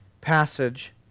passage